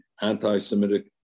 anti-Semitic